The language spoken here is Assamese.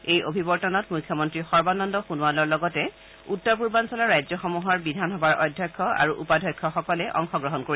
এই অভিৱৰ্তনত মুখ্যমন্ত্ৰী সৰ্বানন্দ সোণোৱালৰ লগতে উত্তৰ পূৰ্বাঞ্চলৰ ৰাজ্যসমূহৰ বিধানসভাৰ অধ্যক্ষ আৰু উপাধ্যক্ষসকলে অংশগ্ৰহণ কৰিব